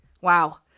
Wow